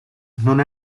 non